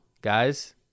guys